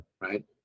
Right